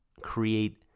create